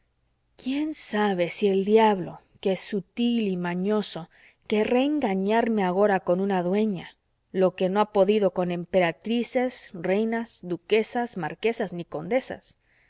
quién sabe si el diablo que es sutil y mañoso querrá engañarme agora con una dueña lo que no ha podido con emperatrices reinas duquesas marquesas ni condesas